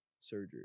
surgery